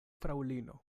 fraŭlino